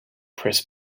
press